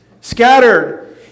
Scattered